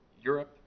Europe